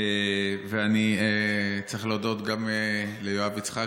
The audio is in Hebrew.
ואני צריך להודות גם ליואב יצחק,